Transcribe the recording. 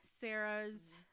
Sarah's